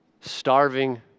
starving